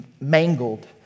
mangled